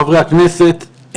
חברי הכנסת,